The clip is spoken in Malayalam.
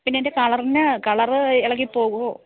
പിന്നെ അതിൻ്റെ കളറിന് കളർ ഇളകി പോകുമോ